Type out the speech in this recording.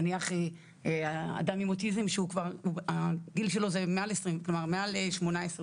נניח אדם עם אוטיזם שהגיל שלו מעל שמונה עשרה,